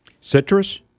Citrus